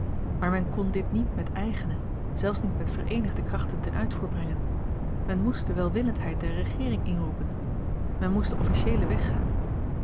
maar men kon dit niet met eigene zelfs niet met vereenigde krachten ten uitvoer brengen men moest de welwillendheid der regeering inroepen men moest den officieelen weg